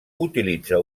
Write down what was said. utilitza